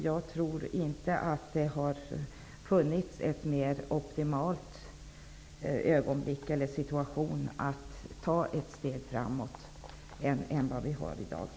Jag tror inte att det har funnits en mer optimal situation än den vi har i dag, vilket nyligen sades, för att ta ett steg framåt.